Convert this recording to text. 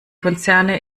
konzerne